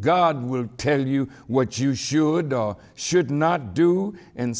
god will tell you what you should or should not do and